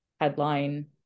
headline